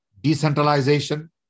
decentralization